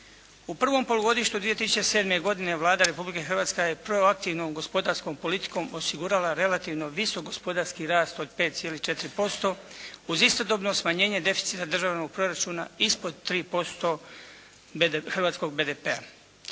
U prvom polugodištu 2007. godine Vlada Republike Hrvatske je proaktivnom gospodarskom politikom osigurala relativno visok gospodarski rast od 5,4% uz istodobno smanjenje deficita državnog proračuna ispod 3% hrvatskog BDP-a.